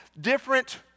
different